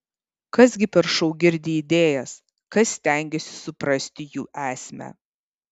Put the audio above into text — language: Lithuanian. kas gi per šou girdi idėjas kas stengiasi suprasti jų esmę